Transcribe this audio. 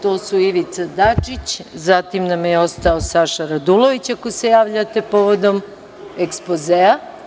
To su Ivica Dačić, zatim nam je ostao Saša Radulović, ako se javljate povodom ekspozea.